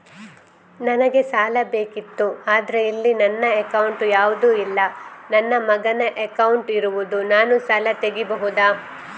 ನನಗೆ ಸಾಲ ಬೇಕಿತ್ತು ಆದ್ರೆ ಇಲ್ಲಿ ನನ್ನ ಅಕೌಂಟ್ ಯಾವುದು ಇಲ್ಲ, ನನ್ನ ಮಗನ ಅಕೌಂಟ್ ಇರುದು, ನಾನು ಸಾಲ ತೆಗಿಬಹುದಾ?